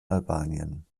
albanien